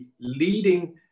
leading